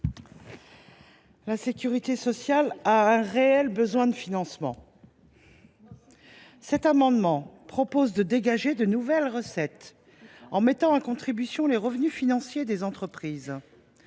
La sécurité sociale a un réel besoin de financement. Cet amendement vise à dégager de nouvelles recettes en mettant à contribution les revenus financiers des entreprises.